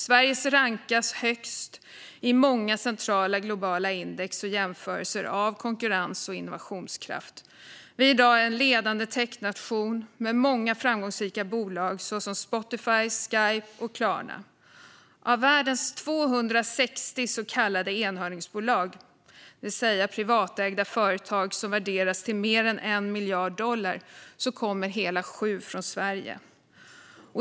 Sverige rankas högt i många centrala globala index och jämförelser av konkurrens och innovationskraft. Vi är i dag en ledande tech-nation med många framgångsrika bolag, såsom Spotify, Skype och Klarna. Av världens 260 så kallade enhörningsbolag, det vill säga privatägda företag som värderas till mer än 1 miljard dollar, kommer hela sju från Sverige.